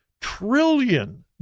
trillion